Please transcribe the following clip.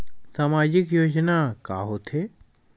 सामाजिक योजना का होथे?